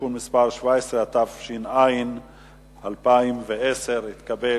(תיקון מס' 17), התש"ע 2010, נתקבל.